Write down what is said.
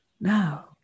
now